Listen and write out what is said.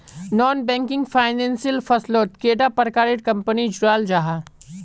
Non banking financial फसलोत कैडा प्रकारेर कंपनी जुराल जाहा?